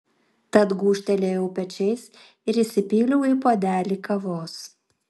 tad gūžtelėjau pečiais ir įsipyliau į puodelį kavos